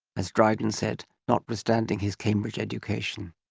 as dryden said, notwithstanding his cambridge education.